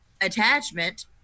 attachment